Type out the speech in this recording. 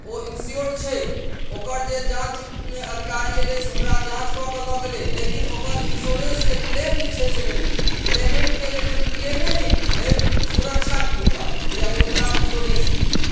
ओ insured छै ओकर जे जाँच अधिकारी एलै से ओकरा जाँच कऽ कऽ लऽ गेलै लेकिन ओकर इन्श्योरेन्सके क्लेम जे छै से नहि भेटैत छै क्लेमेन्टके जखन क्लेमे नहि भेटतै तऽ सुरक्षा की ओकरा भेटतै आ ओकरा इन्श्योरेन्स की हेतै